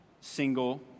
single